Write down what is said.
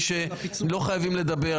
אתם לא חייבים לדבר,